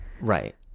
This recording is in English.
Right